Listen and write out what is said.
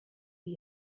die